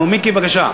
נו, מיקי, בבקשה.